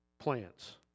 plants